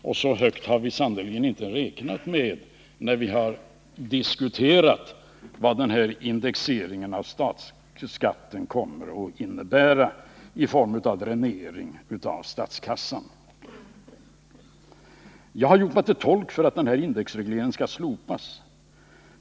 Så hög prisstegring har vi sannerligen inte räknat med när vi har diskuterat vad denna indexering av statsskatten kommer att innebära i form av dränering av statskassan. Jag har gjort mig till tolk för uppfattningen att indexregleringen av skatten skall slopas.